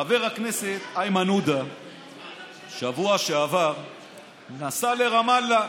חבר הכנסת איימן עודה בשבוע שעבר נסע לרמאללה.